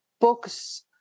books